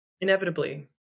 Inevitably